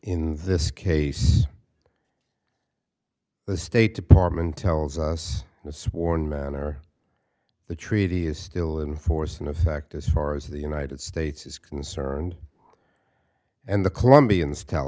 in this case the state department tells us in a sworn manner the treaty is still in force in effect as far as the united states is concerned and the colombians tell